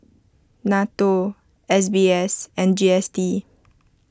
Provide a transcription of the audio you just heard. Nato S B S and G S T